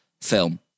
film